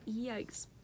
Yikes